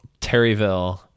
Terryville